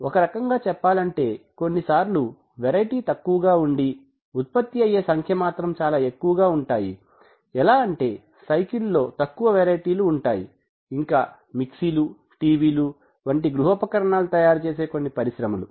ఒక రకంగా చెప్పాలంటే కొన్నిసార్లు వెరైటీ తక్కువగా ఉండి ఉత్పత్తి అయ్యే సంఖ్య మాత్రం చాలా ఎక్కువగా ఉంటాయి ఎలా అంటే సైకిల్ లో తక్కువ వెరైటీలు ఉంటాయి ఇంకా మిక్సీలు టీవీలు వంటి గృహ ఉపకరణాలు తయారు చేసే కొన్ని పరిశ్రమలు